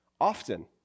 often